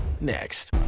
next